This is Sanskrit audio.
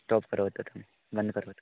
स्टोप् करोतु तत् बन्द् करोतु